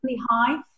high